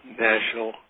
national